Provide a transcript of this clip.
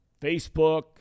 Facebook